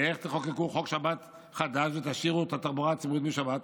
ואיך תחוקקו חוק שבת חדש ותשאירו את התחבורה הציבורית בשבת?